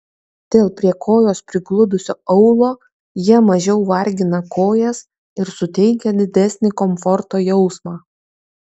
dėl prie kojos prigludusio aulo jie mažiau vargina kojas ir suteikia didesnį komforto jausmą